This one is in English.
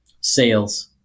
Sales